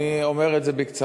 אני אומר את זה בקצרה,